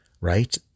right